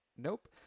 Nope